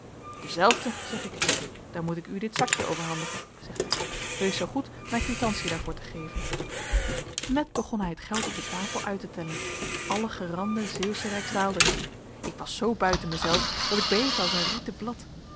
dezelfde zeg ik dan moet ik u dit zakje overhandigen zegt hij wees zoo goed mij quitantie daarvoor te geven met begon hij het geld op de tafel uit te tellen alle gerande zeeuwsche rijksdaalders ik was zoo buiten mijzelf dat ik beefde als een rieten